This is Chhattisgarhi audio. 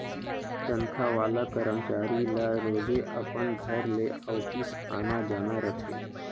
तनखा वाला करमचारी ल रोजे अपन घर ले ऑफिस आना जाना रथे